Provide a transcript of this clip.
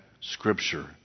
Scripture